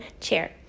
chair